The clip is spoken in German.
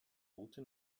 route